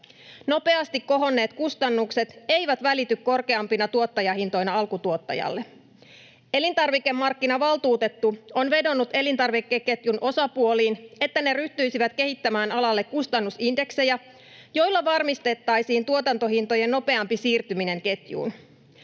Nopeasti kohonneet kustannukset eivät välity korkeampina tuottajahintoina alkutuottajalle. Elintarvikemarkkinavaltuutettu on vedonnut elintarvikeketjun osapuoliin, että ne ryhtyisivät kehittämään alalle kustannusindeksejä, joilla varmistettaisiin tuotantohintojen nopeampi siirtyminen ketjuun.